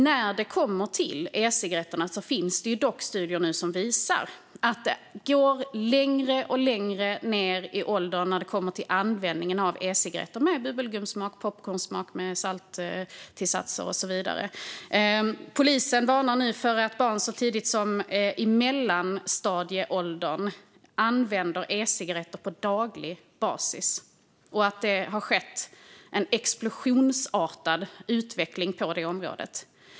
När det kommer till e-cigaretter med bubbelgumssmak, popcornssmak, salttillsatser och så vidare finns det studier som visar att användningen går lägre och lägre ned i åldrarna. Polisen varnar för att barn så unga som i mellanstadieåldern använder e-cigaretter på daglig basis och att det har skett en explosionsartad utveckling på området.